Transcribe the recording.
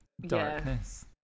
darkness